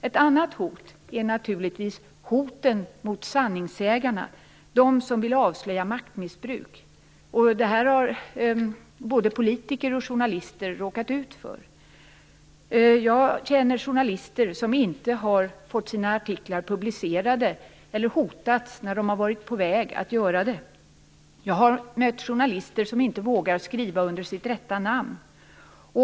En annan form av hot är hoten mot sanningssägarna - de som vill avslöja maktmissbruk. Detta har både politiker och journalister råkat ut för. Jag känner journalister som inte har fått sina artiklar publicerade, eller som hotats när de har varit på väg att göra det. Jag har mött journalister som inte vågar att skriva under sitt rätta namn.